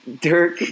Dirk